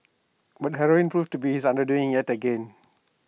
but heroin proved to be his undoing yet again